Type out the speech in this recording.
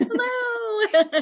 Hello